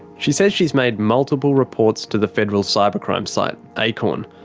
she says she's made multiple reports to the federal cybercrime site, acorn,